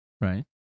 Right